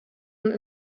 und